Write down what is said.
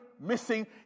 missing